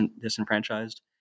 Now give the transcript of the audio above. disenfranchised